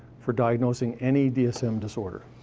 for diagnosing any dsm disorder.